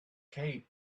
cape